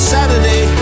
Saturday